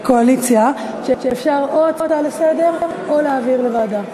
הקואליציה שאפשר או הצעה לסדר-היום או להעביר לוועדה.